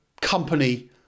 company